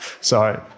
sorry